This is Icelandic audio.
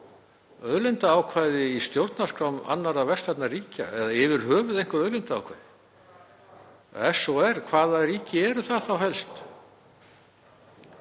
auðlindaákvæði í stjórnarskrám annarra vestrænna ríkja eða yfir höfuð einhver auðlindaákvæði? Ef svo er, hvaða ríki eru það þá helst?